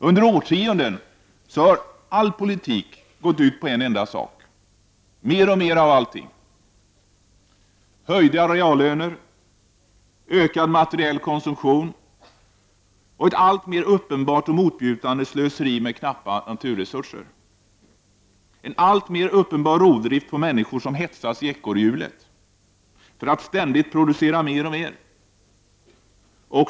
Under årtionden har all politik gått ut på en enda sak — mer och mer av allting: höjda reallöner, ökad materiell konsumtion, ett alltmer uppenbart och motbjudande slöseri med knappa naturresurser, en allt mer uppenbar rovdrift på människor som hetsas i ekorrhjulet för att ständigt producera mer och mer.